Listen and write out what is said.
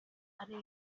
ari